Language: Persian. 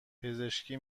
پزشکی